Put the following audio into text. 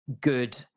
good